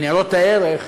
על ניירות הערך,